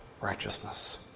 righteousness